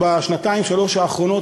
בשנתיים-שלוש האחרונות,